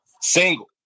single